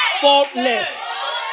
Faultless